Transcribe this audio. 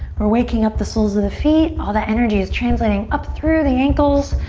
we're waking up the soles of the feet. all that energy is translating up through the ankles.